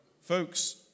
Folks